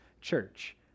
church